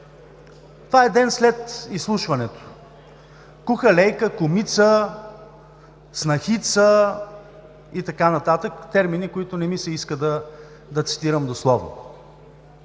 Това е ден след изслушването. „Куха лейка“, „кумица“, „снахица“ и така нататък – термини, които не ми се иска да цитирам дословно.